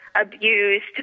abused